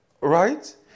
Right